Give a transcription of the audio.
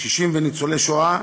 קשישים וניצולי שואה,